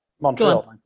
Montreal